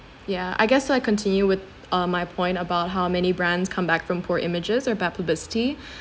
yeah I guess so I continue with uh my point about how many brands come back from poor images of bad publicity